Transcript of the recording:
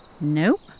Nope